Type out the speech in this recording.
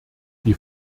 die